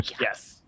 Yes